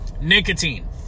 Nicotine